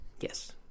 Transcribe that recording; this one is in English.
yes